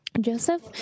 Joseph